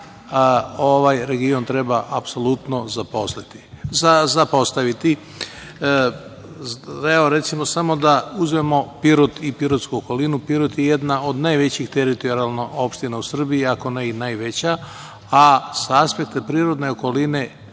ovaj region treba apsolutno zapostaviti. Samo da uzmemo Pirot i pirotsku okolinu. Pirot je jedna od najvećih teritorijalno opština u Srbiji, ako ne i najveća, a sa aspekta prirodne okoline